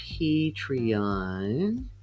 Patreon